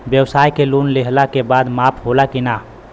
ब्यवसाय के लोन लेहला के बाद माफ़ होला की ना?